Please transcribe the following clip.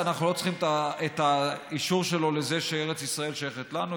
אנחנו לא צריכים את האישור שלו לזה שארץ ישראל שייכת לנו,